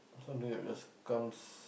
some do it we're scums